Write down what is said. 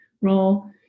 role